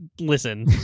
Listen